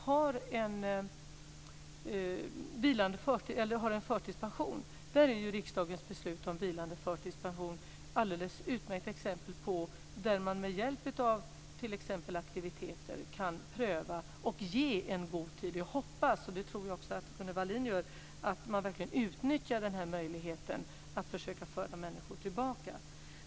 Beträffande de som har förtidspension är riksdagens beslut om vilande förtidspension ett alldeles utmärkt exempel på att man med hjälp av t.ex. aktiviteter kan pröva och ge god tid. Jag hoppas, och det tror jag att också Gunnel Wallin gör, att man verkligen utnyttjar denna möjlighet att försöka föra människor tillbaka.